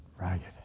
ragged